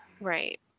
Right